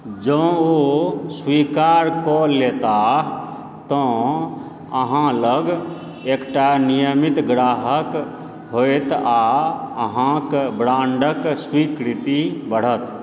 जँ ओ स्वीकार कऽ लेताह तँ अहाँ लग एकटा नियमित ग्राहक होयत आ अहाँक ब्राण्डक स्वीकृति बढ़त